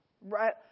Right